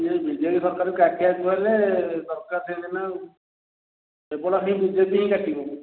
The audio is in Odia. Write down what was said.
ସେ ବି ଜେ ଡ଼ି ସରକାରକୁ କାଟିବାକୁ ହେଲେ ସରକାର ଥିଲେ ନା କେବଳ ହିଁ ବି ଜେ ପି କାଟିବ